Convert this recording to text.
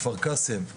כפר קאסם,